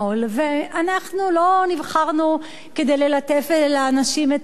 אנחנו לא נבחרנו כדי ללטף לאנשים את האוזניים